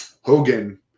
Hogan